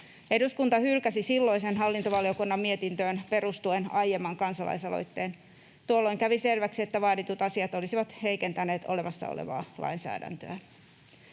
Eduskunta hylkäsi silloisen hallintovaliokunnan mietintöön perustuen aiemman kansalaisaloitteen. Tuolloin kävi selväksi, että vaaditut asiat olisivat heikentäneet olemassa olevaa lainsäädäntöä.